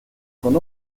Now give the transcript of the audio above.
con